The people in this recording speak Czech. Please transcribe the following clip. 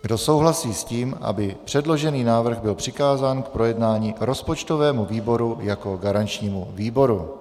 Kdo souhlasí s tím, aby předložený návrh byl přikázán k projednání rozpočtovému výboru jako garančnímu výboru?